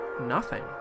nothing